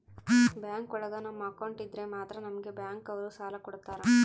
bank ಒಳಗ ನಮ್ account ಇದ್ರೆ ಮಾತ್ರ ನಮ್ಗೆ ಬ್ಯಾಂಕ್ ಅವ್ರು ಸಾಲ ಕೊಡ್ತಾರ